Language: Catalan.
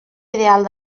ideal